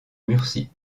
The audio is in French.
murcie